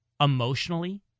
emotionally